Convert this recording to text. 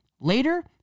later